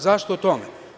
Zašto o tome?